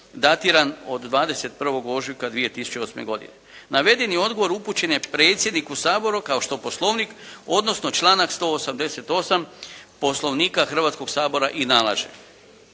datiran od 21. ožujka 2008. godine. Navedeni odgovor upućen je predsjedniku Sabora kao što poslovnik odnosno članak 188. Poslovnika Hrvatskoga sabora i nalaže.